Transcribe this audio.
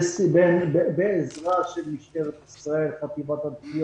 בעזרת משטרת ישראל, חטיבת ---,